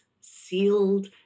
sealed